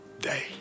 day